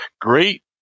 great